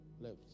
left